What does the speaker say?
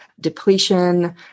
depletion